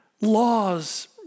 Laws